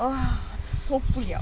!wah! so 不一样